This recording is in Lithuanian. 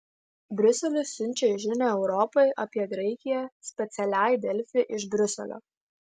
briuselis siunčia žinią europai apie graikiją specialiai delfi iš briuselio